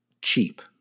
cheap